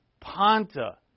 panta